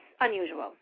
unusual